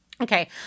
Okay